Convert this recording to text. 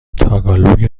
تاگالوگ